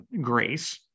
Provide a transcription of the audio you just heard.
grace